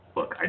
Look